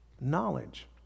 knowledge